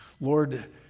lord